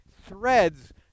threads